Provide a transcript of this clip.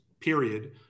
period